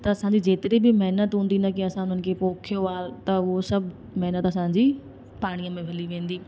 त असांजे जेतिरे बि महिनतु हूंदी न की असां उन्हनि खे पोखियो आहे त उहो सभु महिनतु असांजी पाणीअ में हली वेंदी